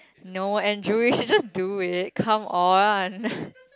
no Andrew you should just do it come on